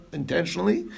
intentionally